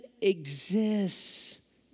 exists